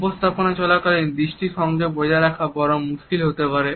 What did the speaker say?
উপস্থাপনা চলাকালীন দৃষ্টি সংযোগ বজায় রাখা বরং মুশকিল হতে পারে